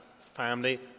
family